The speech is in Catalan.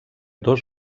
dos